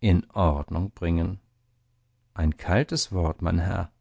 in ordnung bringen ein kaltes wort mein herr